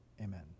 amen